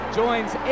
joins